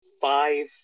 five